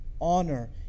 honor